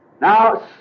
Now